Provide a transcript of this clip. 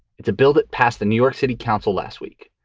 it's a bill that passed the new york city council last week.